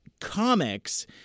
comics